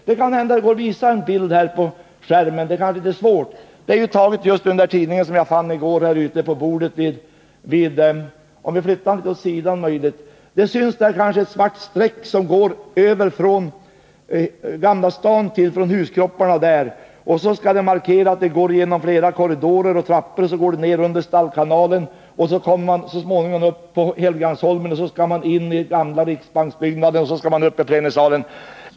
Det går kanske att visa en bild på TV-skärmen. Det syns kanske ett svart streck som går från huskropparna i Gamla stan. Sedan går sträckningen genom flera korridorer och trappor. Därefter går den under Stallkanalen. Så småningom är man på Helgeandsholmen. Så går sträckningen till gamla riksbanken och till plenisalen.